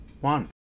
one